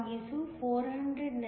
ಆದ್ದರಿಂದ ಇದು 0